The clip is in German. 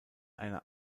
einer